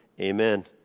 Amen